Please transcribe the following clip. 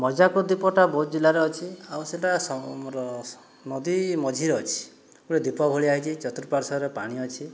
ମର୍ଜାକୁଦ ଦ୍ଵୀପଟା ବୌଦ୍ଧ ଜିଲ୍ଲାରେ ଅଛି ଆଉ ସେଟା ଆମର ନଦୀ ମଝିରେ ଅଛି ଗୋଟିଏ ଦ୍ଵୀପ ଭଳିଆ ହୋଇଛି ଚତୁର୍ପାର୍ଶ୍ଵରେ ପାଣି ଅଛି